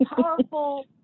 powerful